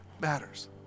matters